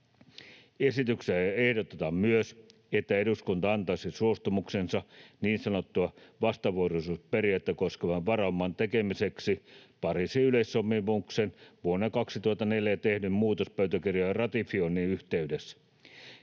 Esitykseen ehdotetaan myös, että eduskunta antaisi suostumuksensa niin sanottua vastavuoroisuusperiaatetta koskevan varauman tekemiseksi Pariisin yleissopimuksen vuonna 2004 tehdyn muutospöytäkirjojen ratifioinnin yhteydessä.